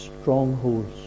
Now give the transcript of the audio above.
Strongholds